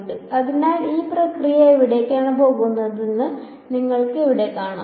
അതിനാൽ ഈ പ്രക്രിയ എവിടേക്കാണ് പോകുന്നതെന്ന് നിങ്ങൾക്ക് ഇവിടെ കാണാം